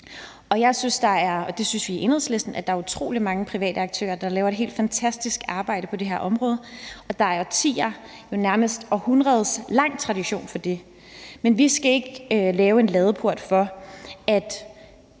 i Den Engelske Kanal. Jeg og vi i Enhedslisten synes, at der er utrolig mange private aktører, der laver et helt fantastisk arbejde på det her område, og der er årtiers, ja nærmest århundreders tradition for det. Men vi skal ikke lave en ladeport for, at